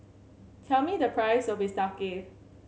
tell me the price of Bistake